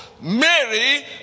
Mary